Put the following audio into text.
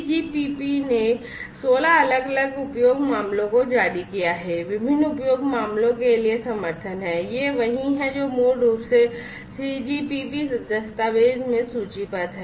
3GPP ने 16 अलग अलग उपयोग मामलों को जारी किया है विभिन्न उपयोग मामलों के लिए समर्थन है ये वही हैं जो मूल रूप से 3GPP दस्तावेज़ में सूचीबद्ध हैं